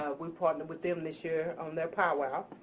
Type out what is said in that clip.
we partnered with them this year on their pow wow.